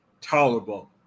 tolerable